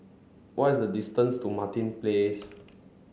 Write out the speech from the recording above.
what is the distance to Martin Place